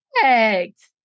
correct